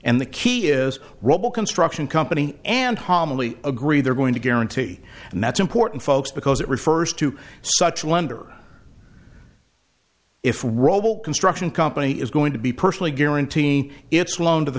and the key is rubble construction company and homily agree they're going to guarantee and that's important folks because it refers to such lender if construction company is going to be personally guaranteeing its won't of the